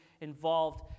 involved